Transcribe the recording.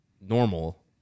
normal